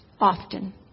often